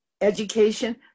Education